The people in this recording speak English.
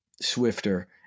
swifter